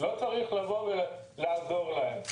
לא צריך לבוא ולעזור להם.